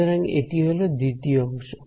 সুতরাং এটি হলো দ্বিতীয় অংশ